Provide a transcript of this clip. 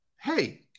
hey